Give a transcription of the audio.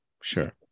sure